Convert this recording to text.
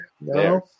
No